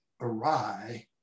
awry